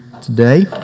today